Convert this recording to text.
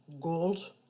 Gold